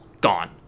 gone